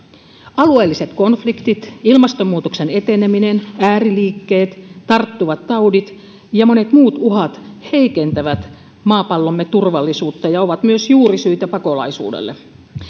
alueelliset konfliktit ilmastonmuutoksen eteneminen ääriliikkeet tarttuvat taudit ja monet muut uhat heikentävät maapallomme turvallisuutta ja ovat myös juurisyitä pakolaisuudelle